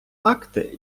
акти